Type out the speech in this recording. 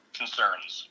concerns